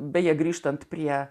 beje grįžtant prie